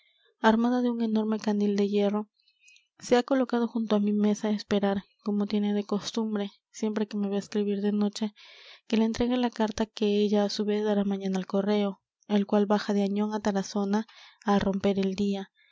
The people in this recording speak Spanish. armada de un enorme candil de hierro se ha colocado junto á mi mesa á esperar como tiene de costumbre siempre que me ve escribir de noche que le entregue la carta que ella á su vez dará mañana al correo el cual baja de añón á tarazona al romper el día